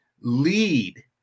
lead